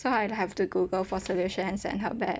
so I have to google for solution and send her back